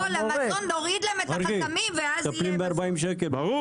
נוריד להם את החסמים ואז יהיה --- סגן